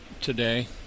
today